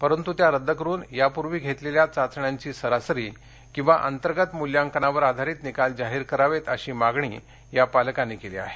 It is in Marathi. परंतु त्या रद्द करुन यापूर्वी घेतलेल्या चाचण्यांची सरासरी किंवा अंतर्गत मूल्यांकनावर आधारित निकाल जाहीर करावेत अशी मागणी या पालकांनी केली आहे